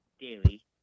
daily